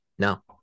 No